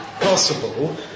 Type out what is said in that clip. possible